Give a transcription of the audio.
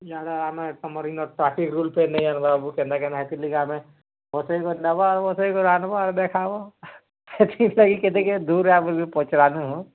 ଇଆଡ଼େ ଆମେ ତମର୍ ଇନ ଟ୍ରାଫିକ୍ ରୁଲ୍ କେହି ନାଇ ଜାନ୍ବାର୍ ବାବୁ କେନ୍ତା କେନ୍ତା ହେଥିର୍ ଲାଗି ଆମେ ବସେଇକରି ନେବ ଆର୍ ବସେଇକରି ଆନ୍ବ ଆର୍ ଦେଖାବ ହେଥିର୍ ଲାଗି କେତେ କାଏଁ ଦୂର୍ ଆଏ ବୋଲି ପଚ୍ରାଲୁଁ